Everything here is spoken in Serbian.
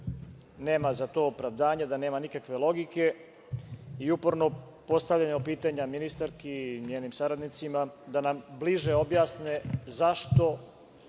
nema za to opravdanje, da nema nikakve logike i uporno postavljamo pitanje ministarki i njenim saradnicima da nam bliže objasne zašto